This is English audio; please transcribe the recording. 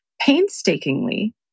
painstakingly